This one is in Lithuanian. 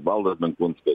valdas benkunskas